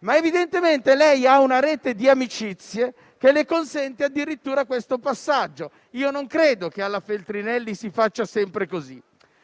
Ma evidentemente lei ha una rete di amicizie che le consente addirittura questo passaggio. Io non credo che alla Feltrinelli si faccia sempre così;